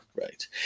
Right